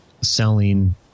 selling